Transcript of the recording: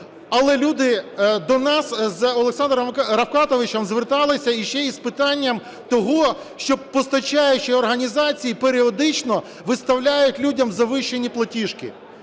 але люди до нас з Олександром Рафкатовичем зверталися ще й з питанням того, що постачальні організації періодично виставляють людям завищені платіжки,